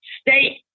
state